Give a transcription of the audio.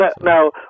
now